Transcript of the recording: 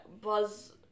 Buzz